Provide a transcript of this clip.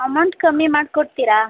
amount ಕಮ್ಮಿ ಮಾಡಿಕೊಡ್ತೀರಾ